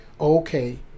okay